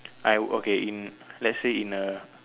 I would okay in let's say in a